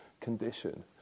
condition